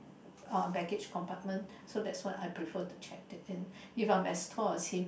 uh baggage compartment so that's why I prefer to check it in if I'm as tall as him